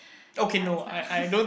yeah it's not